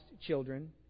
children